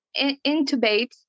intubate